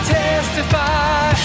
testify